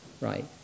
right